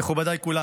מכובדיי כולם,